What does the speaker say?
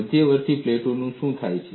મધ્યવર્તી પ્લેટોમાં શું થાય છે